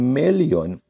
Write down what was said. million